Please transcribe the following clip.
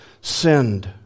sinned